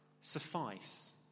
suffice